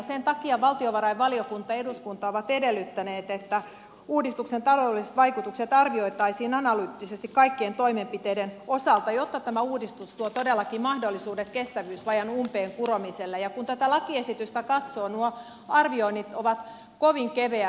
sen takia valtiovarainvaliokunta ja eduskunta ovat edellyttäneet että uudistuksen taloudelliset vaikutukset arvioitaisiin analyyttisesti kaikkien toimenpiteiden osalta jotta tämä uudistus tuo todellakin mahdollisuudet kestävyysvajeen umpeen kuromiselle ja kun tätä lakiesitystä katsoo nuo arvioinnit ovat kovin keveät